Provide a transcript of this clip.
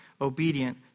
obedient